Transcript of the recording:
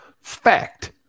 fact